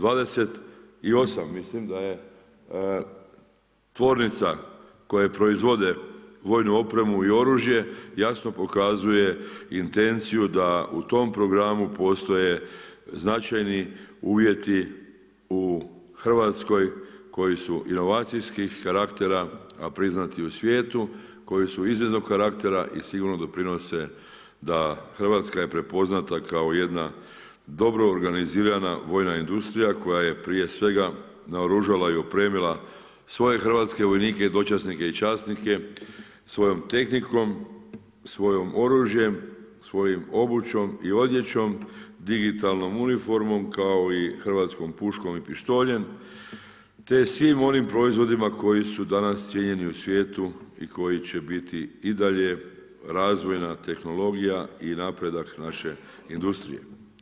28 mislim da je tvornica koje proizvode vojnu opremu i oružje, jasno pokazuje intenciju da u tom programu postoje značajni uvjeti u Hrvatskoj koji su inovacijskih karaktera a priznati u svijetu, koji su izvidnog karaktera i sigurno doprinose da Hrvatska je prepoznata kao jedna dobro organizirana vojna industrija koja je prije svega naoružala i opremila svoje hrvatske vojnike i dočasnike i časnike svojom tehnikom, svojim oružjem, svojom obućom i odjećom, digitalnom uniformom kao i hrvatskom puškom i pištoljem te svim onim proizvodima koji su danas cijenjeni u svijetu i koji će biti i dalje razvojna tehnologija i napredak naše industrije.